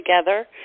together